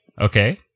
Okay